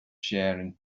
sharing